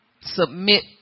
Submit